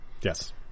Yes